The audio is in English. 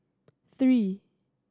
three